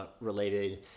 related